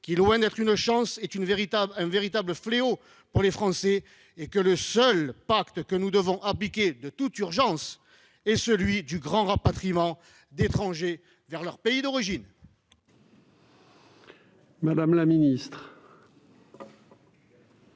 ; loin d'être une chance, elle est un véritable fléau pour les Français. Le seul pacte que nous devons appliquer de toute urgence est celui du grand rapatriement des étrangers vers leur pays d'origine.